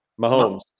Mahomes